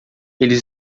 eles